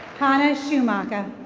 hannah schumaka.